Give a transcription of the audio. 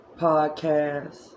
podcast